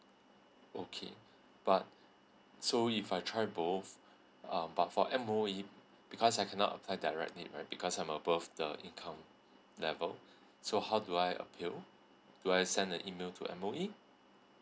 okay but so if I try both um but for M_O_E because I cannot apply directly right because I'm above the income level so how do I appeal do I send the email to M_O_E